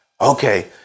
Okay